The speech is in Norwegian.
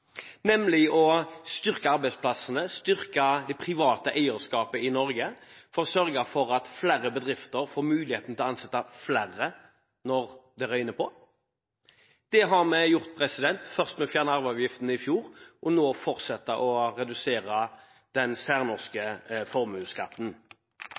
nemlig å styrke arbeidsplassene og det private eierskapet i Norge for å sørge for at flere bedrifter får muligheten til å ansette flere når det røyner på. Det har vi gjort, først ved å fjerne arveavgiften i fjor, og nå ved å fortsette å redusere den